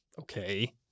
okay